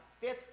fifth